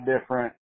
different